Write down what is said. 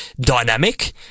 dynamic